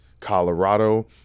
colorado